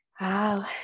Wow